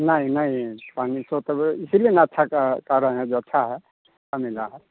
नहीं नहीं पानी तो तबे इसीलिए अच्छा कह कह रहे हैं जो अच्छा है मिल रहा है